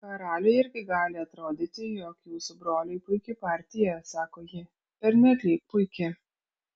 karaliui irgi gali atrodyti jog jūsų broliui puiki partija sako ji pernelyg puiki